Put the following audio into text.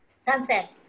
Sunset